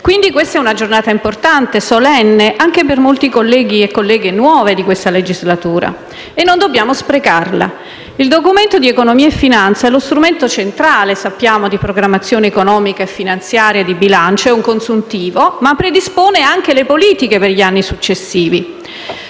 quindi questa è una giornata importante, solenne, anche per molti colleghi e colleghe nuovi di questa legislatura e non dobbiamo sprecarla. Il Documento di economia e finanza è lo strumento centrale, sappiamo, di programmazione economico finanziaria e di bilancio. È un consuntivo, ma predispone anche le politiche per gli anni successivi.